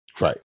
Right